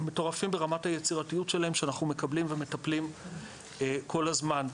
מטורפים ברמת היצירתיות שלהם שאנחנו מקבלים ומטפלים כל הזמן.